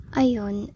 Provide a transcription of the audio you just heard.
ayun